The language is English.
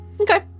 Okay